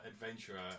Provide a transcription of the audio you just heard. adventurer